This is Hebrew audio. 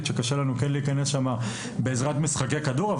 שקשה לנו להיכנס אליה בעזרת משחקי כדור.